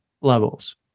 levels